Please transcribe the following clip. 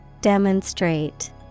Demonstrate